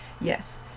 Yes